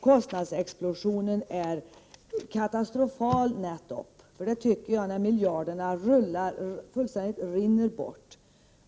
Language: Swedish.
Kostnadsexplosionen är ju nättopp katastrofal; det tycker jag att den är när miljarderna fullständigt rinner bort.